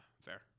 fair